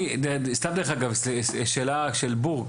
סתם דרך אגב, שאלה של בור.